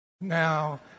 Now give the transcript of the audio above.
Now